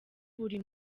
buri